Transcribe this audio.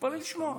תתפלא לשמוע,